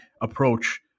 approach